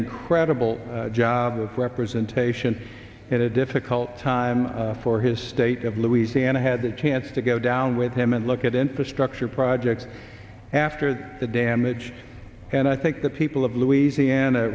incredible job of representation at a difficult time for his state of louisiana had the chance to go down with him and look at infrastructure projects after the damage and i think the people of louisiana